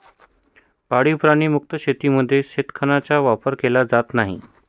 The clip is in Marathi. पाळीव प्राणी मुक्त शेतीमध्ये शेणखताचा वापर केला जात नाही